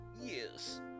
Yes